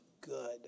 good